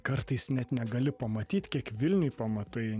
kartais net negali pamatyt kiek vilniuj pamatai